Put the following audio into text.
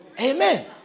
amen